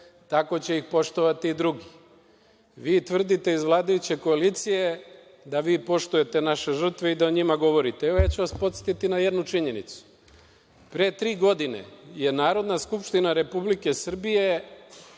tako će ih poštovati i drugi. Vi tvrdite iz vladajuće koalicije da vi poštujete naše žrtve i da o njima govorite. Evo ja ću vas podsetiti na jednu činjenicu. Pre tri godine je Narodna skupština Republike Srbije